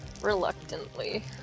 reluctantly